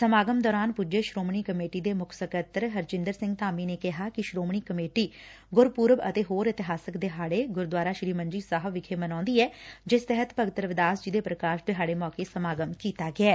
ਸਾਮਗਮ ਦੌਰਾਨ ਪੁੱਜੇ ਸ੍ਰੋਮਣੀ ਕਮੇਟੀ ਦੇ ਮੁੱਖ ਸਕੱਤਰ ਹਰਜਿੰਦਰ ਸਿੰਘ ਧਾਮੀ ਨੇਂ ਕਿਹਾ ਕਿ ਸ੍ਰੋਮਣੀ ਕਮੇਟੀ ਗੁਰਪੁਰਬ ਅਤੇ ਹੋਰ ਇਤਿਹਾਸਕ ਦਿਹਾੜੇ ਗੁਰਦੁਆਰਾ ਸ੍ਰੀ ਮੰਜੀ ਸਾਹਿਬ ਵਿਖੇ ਮਨਾਉਂਦੀ ਐ ਜਿਸ ਤਹਿਤ ਭਗਤ ਰਵੀਦਾਸ ਜੀ ਦੇ ਪੁਕਾਸ਼ ਦਿਹਾੜੇ ਮੌਕੇ ਸਮਾਗਮ ਕੀਤਾ ਗਿਐ